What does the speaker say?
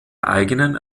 eigenen